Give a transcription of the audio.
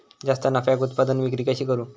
जास्त नफ्याक उत्पादन विक्री कशी करू?